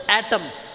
atoms